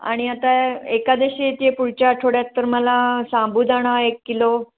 आणि आता एकादशी येते आहे पुढच्या आठवड्यात तर मला साबूदाणा एक किलो